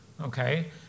okay